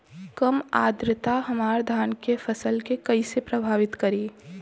कम आद्रता हमार धान के फसल के कइसे प्रभावित करी?